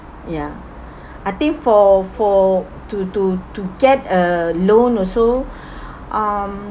ya I think for for to to to get a loan also um